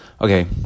Okay